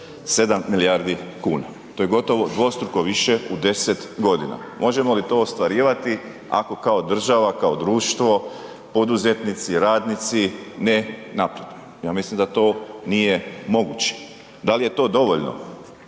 milijardi kuna. To je gotovo dvostruko više u 10 godina. Možemo li to ostvarivati ako kao država, kao društvo, poduzetnici, radnici ne napredujemo? Ja mislim da to nije moguće. Da li je to dovoljno,